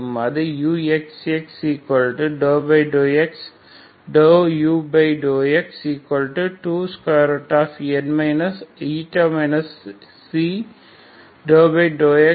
அது uxx∂x∂u∂x2 dd